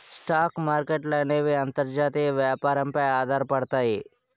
stock మార్కెట్ల అనేవి అంతర్జాతీయ వ్యాపారం పై ఆధారపడతాయి